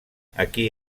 aquí